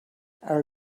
our